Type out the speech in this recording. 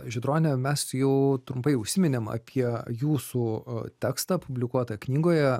žydrone mes jau trumpai užsiminėm apie jūsų tekstą publikuotą knygoje